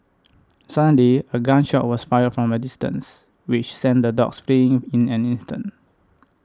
suddenly a gun shot was fired from a distance which sent the dogs fleeing in an instant